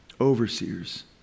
Overseers